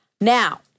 Now